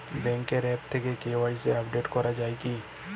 ব্যাঙ্কের আ্যপ থেকে KYC update করা যায় কি?